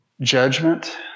judgment